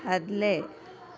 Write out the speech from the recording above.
आदले